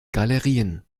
galerien